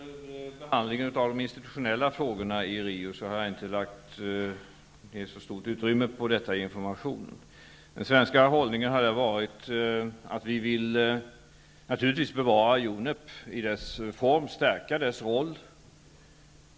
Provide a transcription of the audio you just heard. Fru talman! Jag har inte i min information gett något särskilt stort utrymme åt behandlingen av de institutionella frågorna i Rio. Den svenska hållningen har varit att vi naturligtvis vill bevara UNEP i dess form och stärka dess roll.